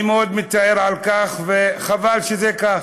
אני מאוד מצטער על כך, וחבל שזה כך.